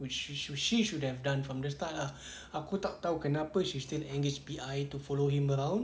which which she should have done from the start ah aku tak tahu kenapa she still engaged P_I to follow him around